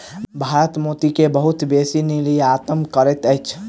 भारत मोती के बहुत बेसी निर्यात करैत अछि